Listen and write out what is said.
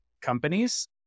companies